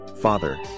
Father